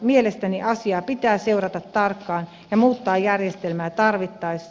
mielestäni asiaa pitää seurata tarkkaan ja muuttaa järjestelmää tarvittaessa